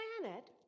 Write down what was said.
planet